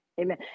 Amen